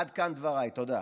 עד כאן דבריי, תודה.